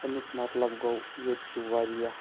اَمیٛک مطلب گوٚو ییٚتہِ چھِ واریاہ